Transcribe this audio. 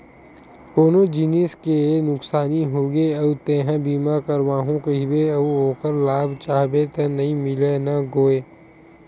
कोनो जिनिस के नुकसानी होगे अउ तेंहा बीमा करवाहूँ कहिबे अउ ओखर लाभ चाहबे त नइ मिलय न गोये